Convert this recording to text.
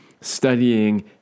studying